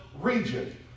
region